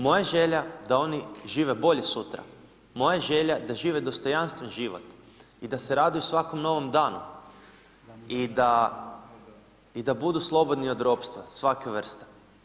Moja je želja da oni žive bolje sutra, moja je želja da žive dostojanstven život i da se raduju svakom novom danu i da budu slobodni od ropstva svake vrste.